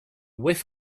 whiff